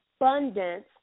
abundance